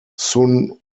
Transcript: sun